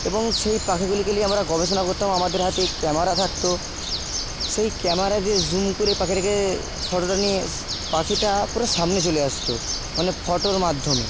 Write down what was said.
এবং সেই পাখিগুলিকে নিয়ে আমরা গবেষণা করতাম আমাদের হাতে ক্যামেরা থাকত সেই ক্যামেরা দিয়ে জুম করে পাখিটাকে ফটোটা নিয়ে পাখিটা পুরো সামনে চলে আসত মানে ফটোর মাধ্যমে